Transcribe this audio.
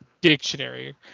Dictionary